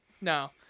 No